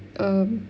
um